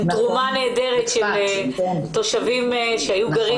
עם תרומה נהדרת של תושבים שהיו גרים